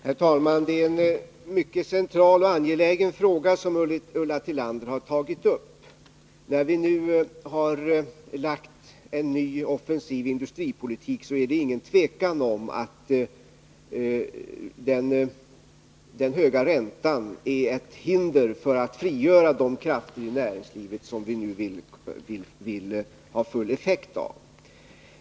Herr talman! Det är en mycket central och angelägen fråga som Ulla Tillander har tagit upp. När vi nu lagt upp en ny, offensiv industripolitik är det inget tvivel om att den höga räntan är ett hinder för ett frigörande av de krafter i näringslivet som vi nu vill ha full effekt av.